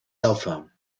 cellphone